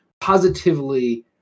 positively